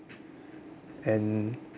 and